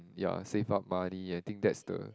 ya save up money I think that's the